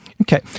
Okay